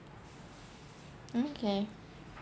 okay